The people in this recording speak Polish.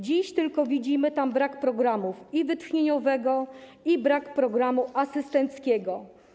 Dziś tylko widzimy tam brak programów, brak wytchnieniowego czy brak programu asystenckiego.